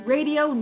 Radio